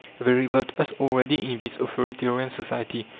revolt us already in this authoritarian society.